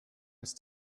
ist